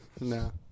No